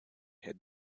had